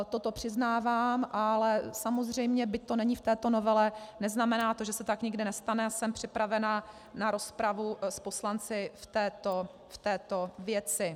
Toto přiznávám, ale samozřejmě, byť to není v této novele, neznamená to, že se tak nikdy nestane, a jsem připravena na rozpravu s poslanci v této věci.